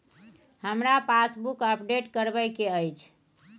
हमरा passbook update करैबे के अएछ?